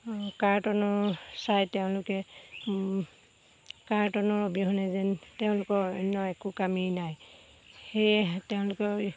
কাৰ্টনৰ চাই তেওঁলোকে কাৰ্টনৰ অবিহনে যেন তেওঁলোকৰ অন্য একো কামেই নাই সেয়েহে তেওঁলোকে